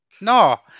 No